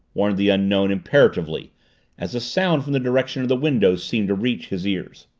warned the unknown imperatively as a sound from the direction of the window seemed to reach his ears.